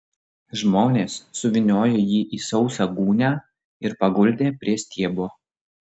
žmonės suvyniojo jį į sausą gūnią ir paguldė prie stiebo